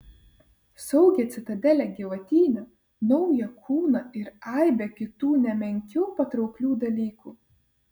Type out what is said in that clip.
saugią citadelę gyvatyne naują kūną ir aibę kitų ne menkiau patrauklių dalykų